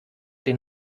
den